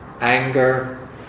anger